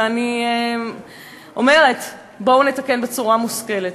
ואני אומרת: בואו נתקן בצורה מושכלת.